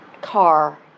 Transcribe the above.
car